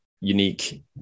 unique